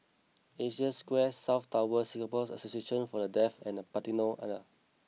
Asia Square South Tower Singapore Association For The Deaf and The Patina Hotel